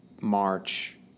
March